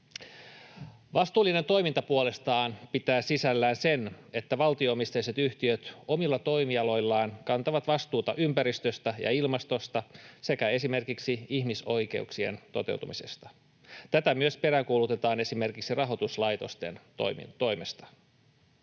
Vastuullinen toiminta puolestaan pitää sisällään sen, että valtio-omisteiset yhtiöt omilla toimialoillaan kantavat vastuuta ympäristöstä ja ilmastosta sekä esimerkiksi ihmisoikeuksien toteutumisesta. Tätä peräänkuulutetaan myös esimerkiksi rahoituslaitosten toimesta.